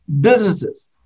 businesses